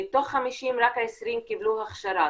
מתוך 50 רק 20 קיבלו הכשרה.